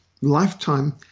lifetime